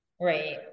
Right